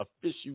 official